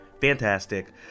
Fantastic